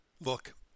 Look